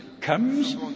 comes